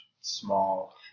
small